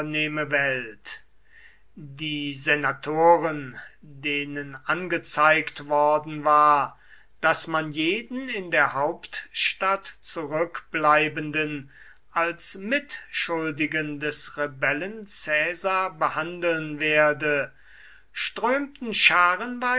vornehme welt die senatoren denen angezeigt worden war daß man jeden in der hauptstadt zurückbleibenden als mitschuldigen des rebellen caesar behandeln werde strömten